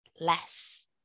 less